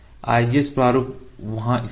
IGS प्रारूप वहां स्थित है